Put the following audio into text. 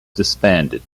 disbanded